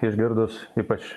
išgirdus ypač